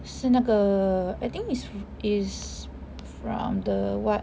是那个 I think is is from the what